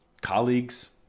Colleagues